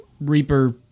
Reaper